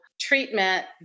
treatment